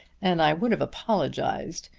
and i would have apologized.